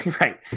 right